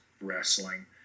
wrestling